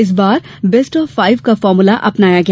इस बार best of five का फार्मूला अपनाया गया